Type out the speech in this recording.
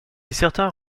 certains